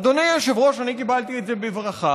אדוני היושב-ראש, אני קיבלתי את זה בברכה.